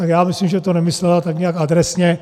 Já myslím, že to nemyslela tak nějak adresně.